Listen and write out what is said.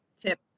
tip